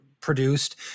produced